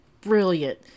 brilliant